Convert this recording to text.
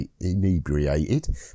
inebriated